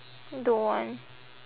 don't want